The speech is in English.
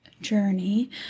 journey